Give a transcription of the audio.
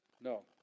No